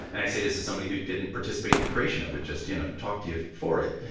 and i say this as somebody who didn't participate in the creation of it, just, you know, talked to you for it.